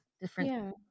different